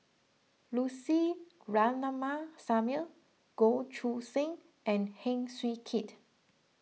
Lucy Ratnammah Samuel Goh Choo San and Heng Swee Keat